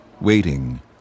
Waiting